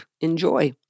Enjoy